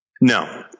No